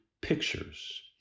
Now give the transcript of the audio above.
pictures